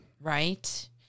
Right